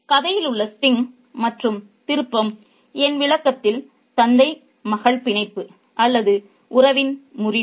கதையில் உள்ள ஸ்டிங் மற்றும் திருப்பம் என் விளக்கத்தில் தந்தை மகள் பிணைப்பு அல்லது உறவின் முறிவு